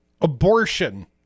Abortion